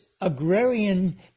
agrarian